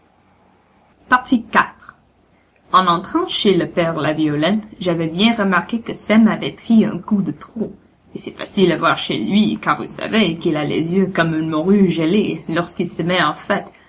iv en entrant chez le père laviolette j'avais bien remarqué que sem avait pris un coup de trop et c'est facile à voir chez lui car vous savez qu'il a les yeux comme une morue gelée lorsqu'il se met en fête